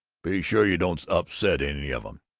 be sure you don't upset any of em.